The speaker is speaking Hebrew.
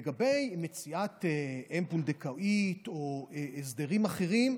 לגבי מציאת אם פונדקאית או הסדרים אחרים,